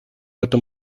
этом